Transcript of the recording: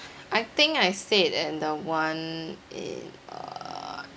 I think I stayed in the one in uh